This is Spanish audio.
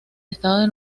estado